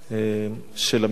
של הממשלה,